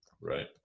right